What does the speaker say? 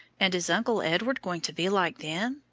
and is uncle edward going to be like them?